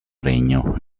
regno